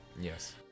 Yes